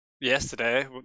yesterday